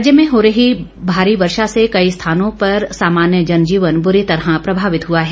राज्य में हो रही भारी वर्षा से कई स्थानों पर सामान्य जनजीवन बुरी तरह प्रभावित हआ है